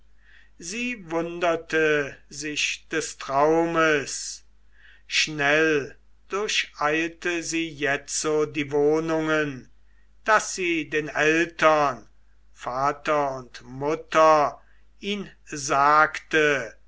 sie wunderte sich des traumes schnell durcheilte sie jetzo die wohnungen daß sie den eltern vater und mutter ihn sagte